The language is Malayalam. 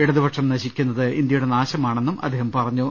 ഇടതുപക്ഷം നശിക്കുന്നത് ഇന്ത്യയുടെ നാശമാണെന്നും അദ്ദേഹം പറഞ്ഞു